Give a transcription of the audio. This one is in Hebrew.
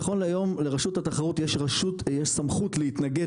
נכון להיום לרשות התחרות יש סמכות להתנגד